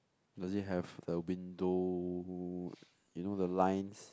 does it have a window you know the lines